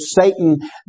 Satan